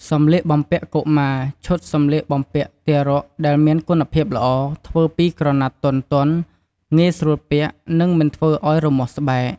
សម្លៀកបំពាក់កុមារ ឈុតសម្លៀកបំពាក់ទារកដែលមានគុណភាពល្អ ធ្វើពីក្រណាត់ទន់ៗ ងាយស្រួលពាក់ និងមិនធ្វើឲ្យរមាស់ស្បែក។